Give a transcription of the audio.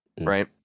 right